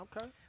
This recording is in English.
Okay